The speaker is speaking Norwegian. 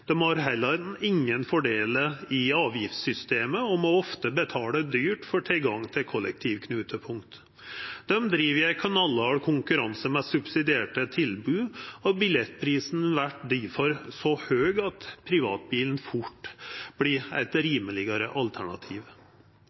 Dei har heller ingen fordelar i avgiftssystemet og må ofte betala dyrt for tilgang til kollektivknutepunkt. Dei driv i ein knallhard konkurranse med subsidierte tilbod, og billettprisen vert difor så høg at privatbilen fort vert eit rimelegare alternativ.